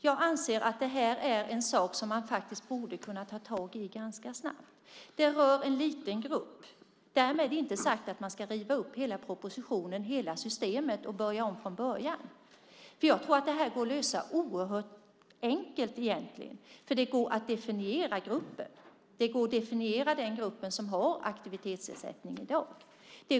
Jag anser att detta är en sak som man faktiskt borde kunna ta tag i ganska snabbt. Det rör en liten grupp. Därmed är det inte sagt att man ska riva upp hela propositionen och hela systemet och börja om från början. Jag tror att detta går att lösa oerhört enkelt. Det går att definiera gruppen, det går att definiera den grupp som har aktivitetsersättning i dag.